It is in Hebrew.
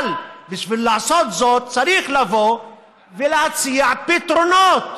אבל בשביל לעשות זאת צריך לבוא ולהציע פתרונות,